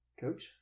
Coach